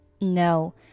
No